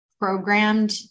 programmed